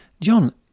John